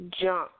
Jump